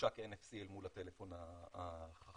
בממשק NFC אל מול הטלפון החכם,